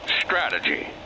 strategy